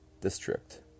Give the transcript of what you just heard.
district